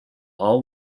all